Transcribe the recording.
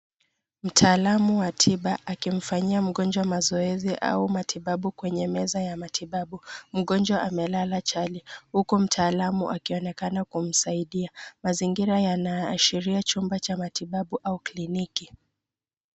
Mtaalamu wa tiba akimfanyia mgonjwa mazoezi au matibabu kwenye meza ya matibabu. Mgonjwa amelala chali, huku mtaalamu akionekana kumsaidia. Mazingira yanaashiria chumba cha matibabu au kliniki.